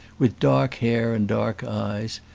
with dark hair and dark eyes,